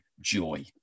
joy